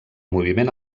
moviment